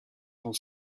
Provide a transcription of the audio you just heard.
dont